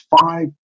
five